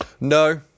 No